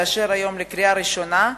לאשר היום בקריאה הראשונה,